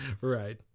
Right